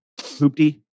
Hoopty